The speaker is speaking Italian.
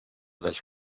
del